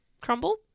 crumble